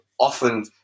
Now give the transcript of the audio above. often